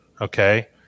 okay